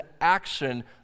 action